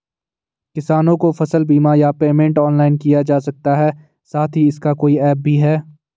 किसानों को फसल बीमा या पेमेंट ऑनलाइन किया जा सकता है साथ ही इसका कोई ऐप भी है?